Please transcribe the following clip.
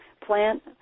plant